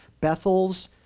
Bethel's